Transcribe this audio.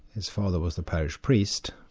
his father was the parish priest.